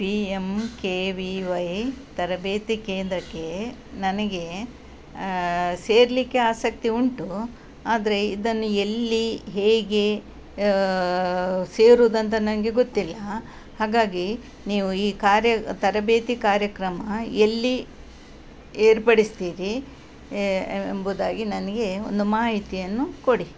P M K V Y ತರಬೇತಿ ಕೇಂದ್ರಕ್ಕೆ ನನಗೆ ಸೇರಲಿಕ್ಕೆ ಆಸಕ್ತಿ ಉಂಟು ಆದರೆ ಇದನ್ನು ಎಲ್ಲಿ ಹೇಗೆ ಸೇರುದಂತ ನನಗೆ ಗೊತ್ತಿಲ್ಲ ಹಾಗಾಗಿ ನೀವು ಈ ಕಾರ್ಯ ತರಬೇತಿ ಕಾರ್ಯಕ್ರಮ ಎಲ್ಲಿ ಏರ್ಪಡಿಸ್ತೀರಿ ಎಂಬುದಾಗಿ ನನಗೆ ಒಂದು ಮಾಹಿತಿಯನ್ನು ಕೊಡಿ